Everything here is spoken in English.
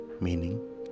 meaning